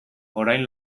orain